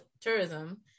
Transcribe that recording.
tourism